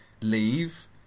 leave